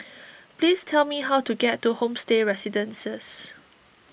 please tell me how to get to Homestay Residences